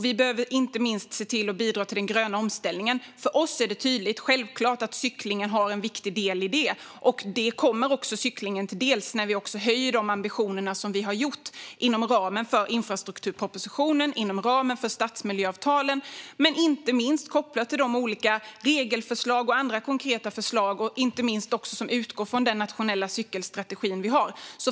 Vi behöver inte minst se till att bidra till den gröna omställningen. För oss är det tydligt att cyklingen självklart har en viktig del i det. Det kommer också cyklingen till del när vi höjer ambitionerna som vi har gjort inom ramen för infrastrukturpropositionen och stadsmiljöavtalen. Det är inte minst kopplat till olika regelförslag och andra konkreta förslag. Det utgår från den nationella cykelstrategi som vi har.